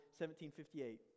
1758